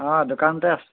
অঁ দোকানতে আছোঁ